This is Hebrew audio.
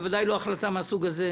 בוודאי לא החלטה מהסוג הזה.